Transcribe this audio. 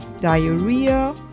diarrhea